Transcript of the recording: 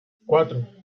cuatro